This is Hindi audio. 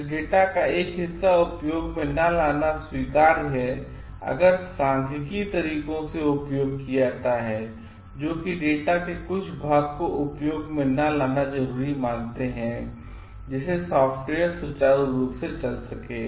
इसलिए डेटा का एक हिस्सा उपयोग में न लाना स्वीकार्य है अगर सांख्यिकीय तरीकों का उपयोग किया जाता है जो कि डेटा के कुछ भाग को उपयोग में न लाना जरूरी मानते हैं जिससे कि सॉफ्टवेयर सुचारु रूप से चल सके